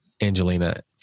Angelina